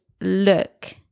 look